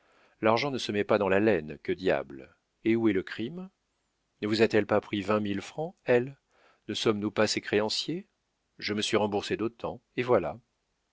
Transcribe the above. l'argent ne se met pas dans la laine que diable et où est le crime ne vous a-t-elle pas pris vingt mille francs elle ne sommes-nous pas ses créanciers je me suis remboursé d'autant et voilà